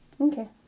Okay